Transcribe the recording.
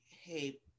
hey